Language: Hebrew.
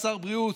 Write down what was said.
שר הבריאות,